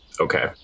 Okay